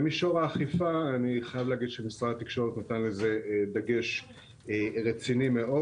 במישור האכיפה אני חייב להגיד שמשרד התקשורת נתן לזה דגש רציני מאוד.